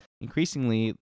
increasingly